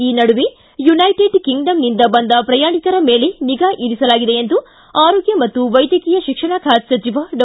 ಈ ನಡುವೆ ಯುನೈಟೆಡ್ ಕಿಂಗ್ಡಮ್ನಿಂದ ಬಂದ ಪ್ರಯಾಣಿಕರ ಮೇಲೆ ನಿಗಾ ಇರಿಸಲಾಗಿದೆ ಎಂದು ಆರೋಗ್ಯ ಮತ್ತು ವೈದ್ಯಕೀಯ ಶಿಕ್ಷಣ ಸಚಿವ ಡಾ